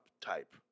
type